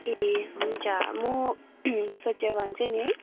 ए हुन्छ म सोचेर भन्छु नि है